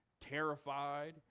terrified